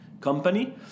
company